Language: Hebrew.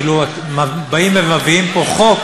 כאילו באים ומביאים פה חוק,